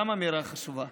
גם אמירה חשובה.